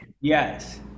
Yes